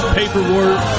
paperwork